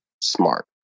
smart